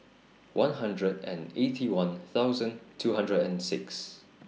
one hundred and Eighty One thosuand two hundred and six